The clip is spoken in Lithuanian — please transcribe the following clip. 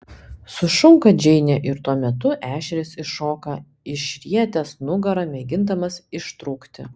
sušunka džeinė ir tuo metu ešerys iššoka išrietęs nugarą mėgindamas ištrūkti